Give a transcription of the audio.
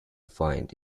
find